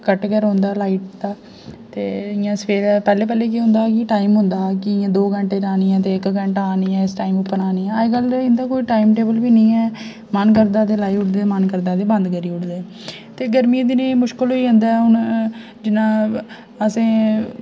cut गै रौह्ंदा light दा इ'यां सबैह्रे पैह्लें पैह्लें केह् होंदा हा की टाइम होंदा की दो घैंटे जानी ऐ ते इक घैंटा आनी ऐ इस टाइम पर आनी ऐ अज्ज्कल इ'न्दा कोई टाइम टेबल गै निं ऐ मन करदा ते लाई उड़दे मन करदा ते बंद करी उड़दे ते गरमियें दिनें मुश्कल होई जंदा ऐ हून जि'यां असें